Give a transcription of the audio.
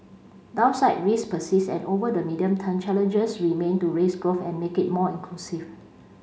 downside risks persist and over the medium term challenges remain to raise growth and make it more inclusive